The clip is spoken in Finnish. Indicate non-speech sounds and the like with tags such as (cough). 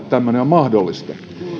(unintelligible) tämmöinen on mahdollista